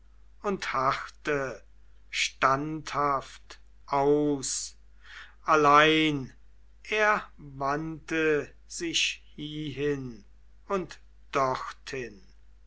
und harrte standhaft aus allein er wandte sich hiehin und dorthin